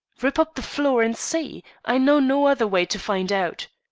rip up the floor and see. i know no other way to find out.